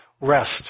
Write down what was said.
rest